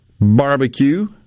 barbecue